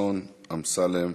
חברי הכנסת חסון, אמסלם,